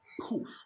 poof